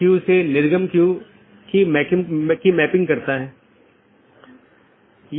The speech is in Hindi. या एक विशेष पथ को अमान्य चिह्नित करके अन्य साथियों को विज्ञापित किया जाता है